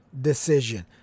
decision